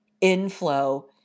inflow